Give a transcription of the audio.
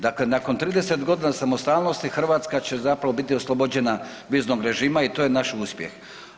Dakle, nakon 30 godina samostalnosti Hrvatska će zapravo biti oslobođena viznog režima i to je naš uspjeh.